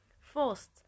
first